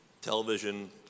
Television